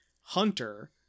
hunter